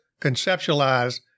conceptualize